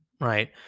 right